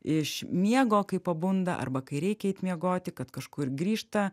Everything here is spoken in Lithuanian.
iš miego kai pabunda arba kai reikia eit miegoti kad kažkur grįžta